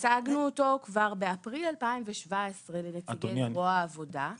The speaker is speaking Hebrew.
הצגנו אותו כבר באפריל 2017 לנציגי זרוע העבודה,